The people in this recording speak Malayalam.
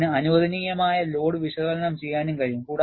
ഇതിന് അനുവദനീയമായ ലോഡ് വിശകലനം ചെയ്യാനും കഴിയും